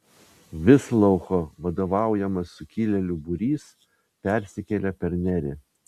visloucho vadovaujamas sukilėlių būrys persikėlė per nerį